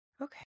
Okay